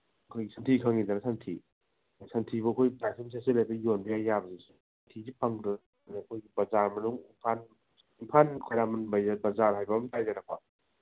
ꯑꯩꯈꯣꯏ ꯁꯟꯊꯤ ꯈꯪꯏꯗꯅ ꯁꯟꯊꯤ ꯁꯟꯊꯤꯕꯨꯛ ꯑꯩꯈꯣꯏ ꯌꯣꯟꯕ ꯌꯥꯏ ꯌꯥꯕꯁꯦ ꯁꯟꯊꯤꯁꯦ ꯐꯪꯗꯗꯅ ꯑꯩꯈꯣꯏ ꯕꯖꯥꯔ ꯃꯅꯨꯡ ꯏꯝꯐꯥꯜ ꯃꯅꯨꯡ ꯏꯝꯐꯥꯜ ꯈ꯭ꯋꯥꯏꯔꯝꯕꯟ ꯕꯖꯥꯔ ꯍꯥꯏꯕꯝ ꯂꯩꯗꯅꯀꯣ